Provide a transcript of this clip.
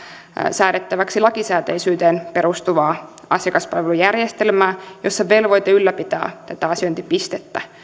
säädettäväksi lakisääteisyyteen perustuvaa asiakaspalvelujärjestelmää jossa velvoite ylläpitää tätä asiointipistettä